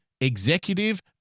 executive